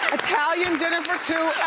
italian dinner for two